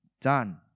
done